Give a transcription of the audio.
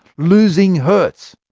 losing hurts!